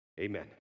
Amen